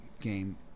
game –